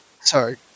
Sorry